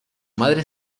madre